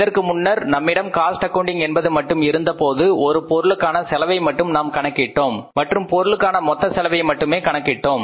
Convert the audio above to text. இதற்கு முன்னர் நம்மிடம் காஸ்ட் அக்கவுன்டிங் என்பது மட்டும் இருந்தபோது ஒரு பொருளுக்கான செலவை மட்டும் நாம் கணக்கிட்டோம் மற்றும் பொருளுக்கான மொத்த செலவை மட்டுமே கணக்கிட்டோம்